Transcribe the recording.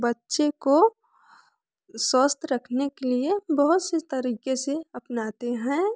बच्चे को स्वस्थ रखने के लिए बहुत से तरीके से अपनाते हैं